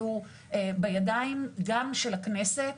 והוא בידיים גם של הכנסת,